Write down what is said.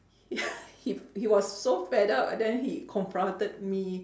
he he was so fed up and then he confronted me